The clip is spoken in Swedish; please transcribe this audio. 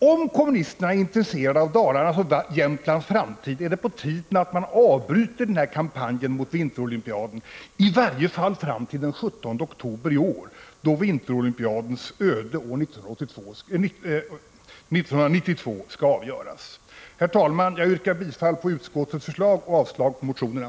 Om kommunisterna är intresserade av Dalarnas och Jämtlands framtid, är det på tiden att man avbryter kampanjen mot vinterolympiaden, i varje fall fram till den 17 oktober i år, då vinterspelens öde 1992 skall avgöras. Herr talman! Jag yrkar bifall till utskottets förslag och avslag på motionerna.